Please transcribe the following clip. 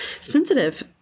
sensitive